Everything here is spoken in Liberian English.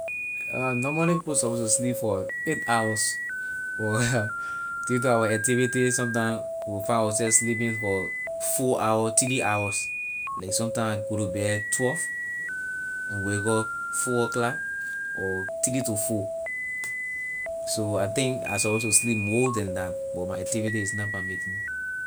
normally people suppose to sleep for eight hours but due to our activities sometime we find ourself sleeping for four hour three hour like sometime I go to bed twelve and wake up four o'clock or three to four so I think I suppose to sleep more than that but my activuty is not permitting me